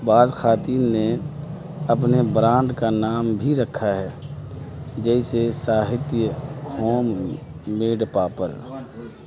بعض خواتین نے اپنے برانڈ کا نام بھی رکھا ہے جیسے ساہتیہ ہوم میڈ پاپڑ